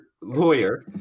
lawyer